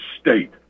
state